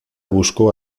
busco